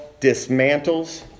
dismantles